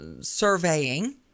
surveying